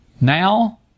Now